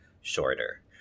shorter